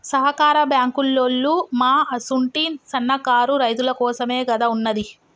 సహకార బాంకులోల్లు మా అసుంటి సన్నకారు రైతులకోసమేగదా ఉన్నది